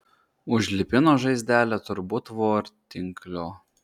užlipino žaizdelę turbūt vortinkliu